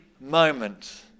moment